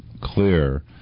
clear